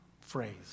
phrase